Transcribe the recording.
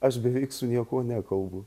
aš beveik su niekuo nekalbu